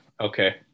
Okay